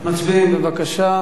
מצביעים, בבקשה.